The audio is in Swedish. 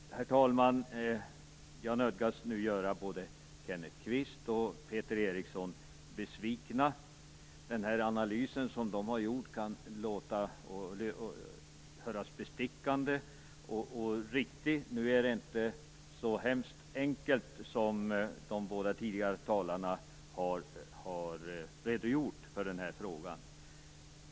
Herr talman! Jag nödgas nu göra både Kenneth Kvist och Peter Eriksson besvikna. Den analys de har gjort kan höras bestickande och riktig. Nu är det inte så hemskt enkelt som de båda tidigare talarna har redogjort för när det gäller den här frågan.